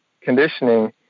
conditioning